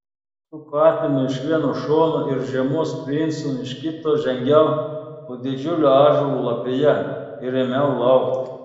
su katinu iš vieno šono ir žiemos princu iš kito žengiau po didžiulio ąžuolo lapija ir ėmiau laukti